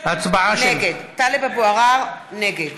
טלב אבו עראר, נגד